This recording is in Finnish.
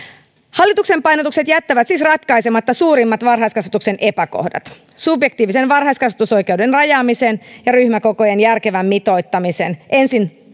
hallituksen painotukset jättävät siis ratkaisematta suurimmat varhaiskasvatuksen epäkohdat subjektiivisen varhaiskasvatusoikeuden rajaamisen ja ryhmäkokojen järkevän mitoittamisen ensin